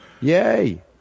Yay